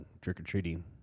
Trick-or-treating